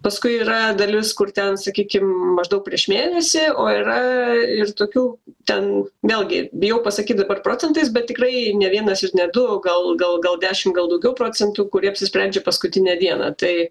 paskui yra dalis kur ten sakykim maždaug prieš mėnesį o yra ir tokių ten vėlgi bijau pasakyt procentais bet tikrai ne vienas ir ne du gal gal gal dešim gal daugiau procentų kurie apsisprendžia paskutinę dieną tai